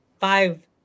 five